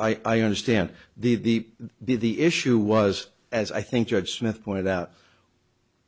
e i understand the deep the the issue was as i think judge smith pointed out